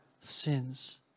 sins